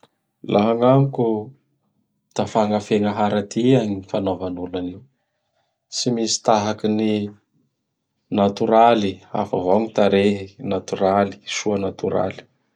Laha agnamiko! Da fagnafegna haratia gny hanaovanolo anio. Tsy misy tahaky gn ny natoraly. Hafa gny tarehy natoraly, soa natoraly.